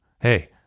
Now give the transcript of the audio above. Hey